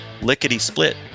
lickety-split